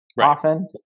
often